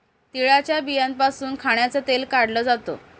तिळाच्या बियांपासून खाण्याचं तेल काढल जात